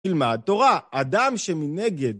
תלמד תורה. אדם שמנגד